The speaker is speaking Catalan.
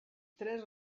tres